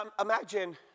imagine